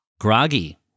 Groggy